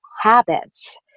habits